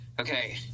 Okay